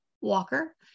Walker